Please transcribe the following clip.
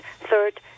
Third